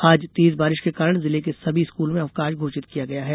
आज तेज बारिश के कारण जिले के सभी स्कूलों में अवकाश घोषित किया गया है